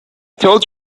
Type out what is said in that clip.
told